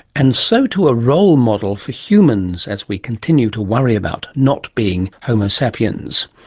and so to a role model for humans as we continue to worry about not being homo sapiens.